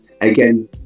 again